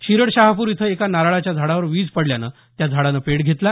शिरडशहापूर इथं एका नारळाच्या झाडावर वीज पडल्यानं त्यानं पेट घेतला